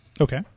Okay